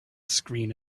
screen